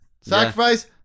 Sacrifice